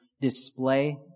display